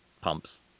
pumps